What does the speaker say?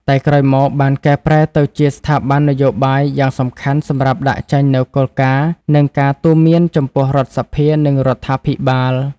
តែក្រោយមកបានកែប្រែទៅជាស្ថាប័ននយោបាយយ៉ាងសំខាន់សម្រាប់ដាក់ចេញនូវគោលការណ៍ និងការទូន្មានចំពោះរដ្ឋសភា និងរដ្ឋាភិបាល។